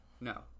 No